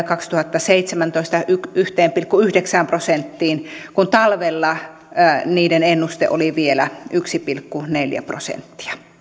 kaksituhattaseitsemäntoista reilusti yhteen pilkku yhdeksään prosenttiin kun talvella sen ennuste oli vielä yksi pilkku neljä prosenttia